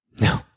No